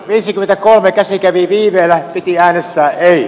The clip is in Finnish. viisikymmentäkolme käsi kävi viiveellä piti äänestää ei